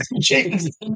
James